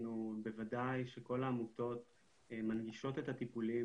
בוודאי שכל העמותות מנגישות את הטיפולים